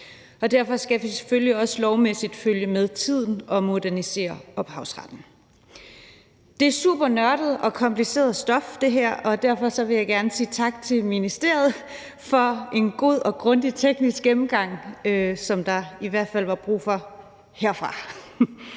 og derfor skal vi selvfølgelig også lovmæssigt følge med tiden og modernisere ophavsretten. Det her er supernørdet og kompliceret stof, og derfor vil jeg gerne sige tak til ministeriet for en god og grundig teknisk gennemgang, som der i hvert fald var brug for for